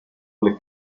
alle